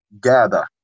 gather